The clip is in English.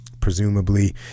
Presumably